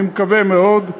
אני מקווה מאוד,